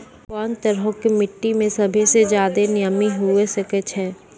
कोन तरहो के मट्टी मे सभ्भे से ज्यादे नमी हुये सकै छै?